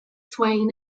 swain